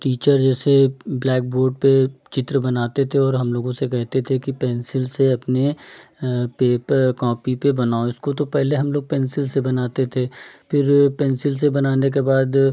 teacher जैसे black board पे चित्र बनाते थे और हम लोगों से कहते थे कि पेन्सिल से अपने पेपर या कॉपी पे बनाओ इसको तो पहले हम लोग पेन्सिल से बनाते थे फिर पेन्सिल से बनाने के बाद